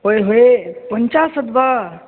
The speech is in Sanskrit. होय् होय् पञ्चाशद् वा